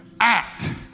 act